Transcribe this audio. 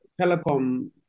telecom